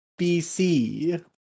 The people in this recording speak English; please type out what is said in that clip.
BC